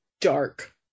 dark